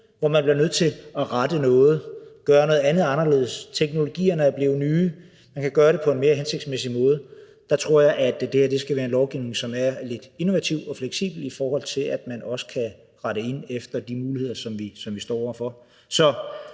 hvor man bliver nødt til at rette noget; gøre noget anderledes; hvor teknologierne er blevet nye, så man kan gøre det på en mere hensigtsmæssig måde. Der tror jeg, at det her skal være en lovgivning, som er lidt innovativ og fleksibel, i forhold til at man også kan rette ind efter de muligheder, som vi står over for.